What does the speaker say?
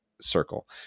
circle